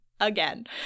Again